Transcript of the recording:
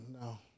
no